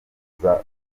kuza